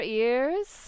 ears